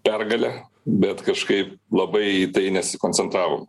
pergale bet kažkaip labai į tai nesikoncentravom